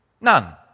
None